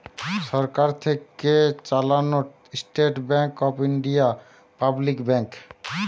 সরকার থেকে চালানো state bank of India public bank